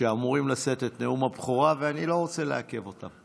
שאמורים לשאת את נאום הבכורה ואני לא רוצה לעכב אותן.